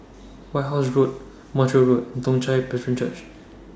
White House Road Montreal Road Toong Chai Presbyterian Church